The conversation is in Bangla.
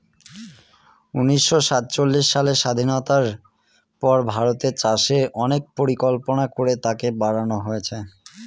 উনিশশো সাতচল্লিশ সালের স্বাধীনতার পর ভারতের চাষে অনেক পরিকল্পনা করে তাকে বাড়নো হয়েছে